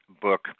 book